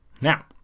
Now